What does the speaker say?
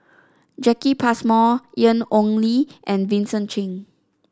Jacki Passmore Ian Ong Li and Vincent Cheng